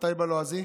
מתי בלועזי?